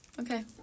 Okay